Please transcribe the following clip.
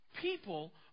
People